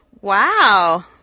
Wow